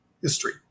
history